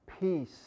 peace